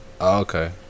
Okay